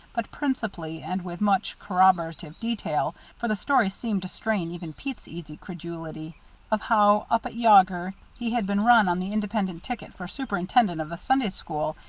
but principally, and with much corroborative detail for the story seemed to strain even pete's easy credulity of how, up at yawger, he had been run on the independent ticket for superintendent of the sunday school,